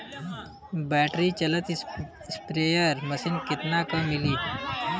Battery चलत sprayer machine कितना क मिली?